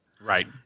Right